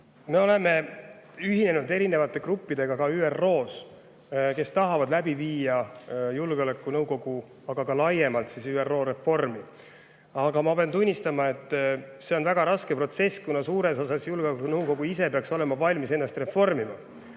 Me oleme ühinenud ka erinevate gruppidega ÜRO-s, kes tahavad läbi viia julgeolekunõukogu, aga ka laiemalt ÜRO reformi. Aga ma pean tunnistama, et see on väga raske protsess, kuna suures osas peaks ÜRO Julgeolekunõukogu ise olema valmis ennast reformima,